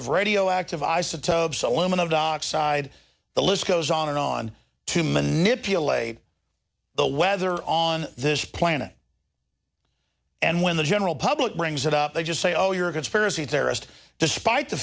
of radioactive isotopes aluminum dockside the list goes on and on to manipulate the weather on this planet and when the general public brings it up they just say oh you're a conspiracy theorist despite the